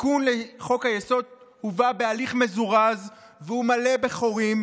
התיקון לחוק-היסוד הובא בהליך מזורז והוא מלא בחורים,